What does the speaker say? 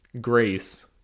grace